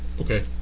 Okay